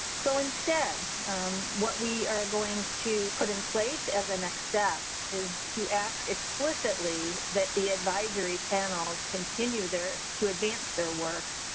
so instead what we are going to put in place as the next step is to ask, explicitly that the advisory panels continue there to advance their work,